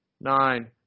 nine